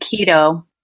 keto